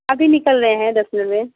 अभी निकल रहे हैं दस मिनट में